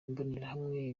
imbonerahamwe